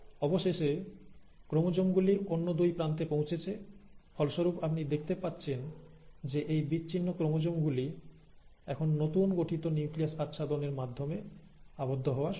অবশেষে ক্রোমোজোম গুলি অন্য দুই প্রান্তে পৌঁছেছে ফলস্বরূপ আপনি দেখতে পাচ্ছেন যে এই বিচ্ছিন্ন ক্রোমোজোম গুলি এখন নতুন গঠিত নিউক্লিয়াস আচ্ছাদন এর মাধ্যমে আবদ্ধ হওয়া শুরু করে